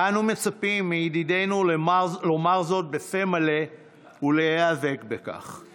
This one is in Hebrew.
ואנו מצפים מידידינו לומר זאת בפה מלא ולהיאבק בכך.